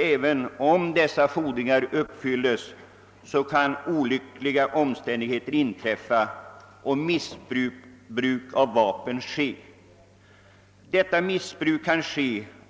Även om dessa fordringar uppfylls kan olyckliga omständigheter inträffa och vapen kan missbrukas